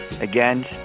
again